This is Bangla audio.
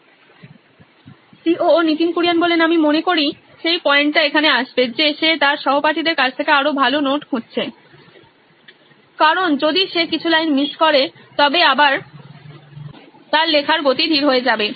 Nitin Kurian C O O নোইন ইলেকট্রনিক্স আমি মনে করি সেই পয়েন্টটা এখানে আসবে যে সে তার সহপাঠীদের কাছ থেকে আরও ভাল নোট খুঁজছে কারণ যদি সে কিছু লাইন মিস করে তবে আবার তার লেখার গতি ধীর হয়ে যাবে